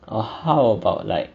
or how about like